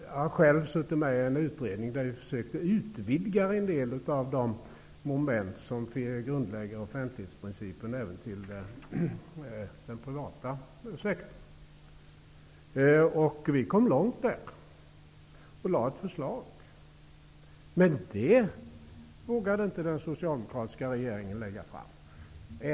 Jag har själv suttit med i en utredning där vi försökte utvidga en del av de moment som grundlägger offentlighetsprincipen till att gälla även inom den privata sektorn. Vi kom långt, och vi lade fram ett förslag. Men det vågade inte den socialdemokratiska regeringen lägga fram.